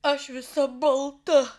aš visa balta